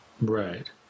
right